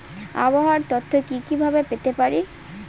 আবহাওয়ার তথ্য কি কি ভাবে পেতে পারি?